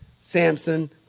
Samson